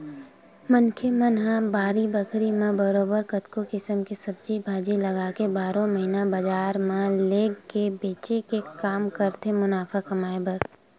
मनखे मन ह बाड़ी बखरी म बरोबर कतको किसम के सब्जी भाजी लगाके बारहो महिना बजार म लेग के बेंचे के काम करथे मुनाफा कमाए बर